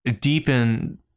deepen